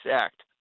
Act